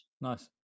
nice